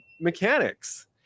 mechanics